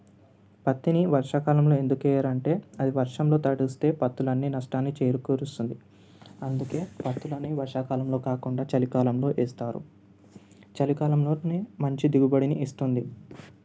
పత్తిని వర్షాకాలంలో ఎందుకు వేయరు అంటే అది వర్షంలో తడిస్తే పత్తులు అన్నీ నష్టాన్ని చేకూరుస్తుంది అందుకే పత్తులు అనేవి వర్షాకాలంలో కాకుండా చలికాలంలో వేస్తారు చలికాలంలో మంచి దిగుబడిని ఇస్తుంది